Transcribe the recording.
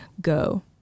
Go